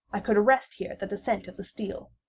i could arrest here the descent of the steel.